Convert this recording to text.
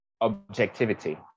objectivity